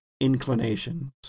inclinations